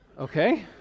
Okay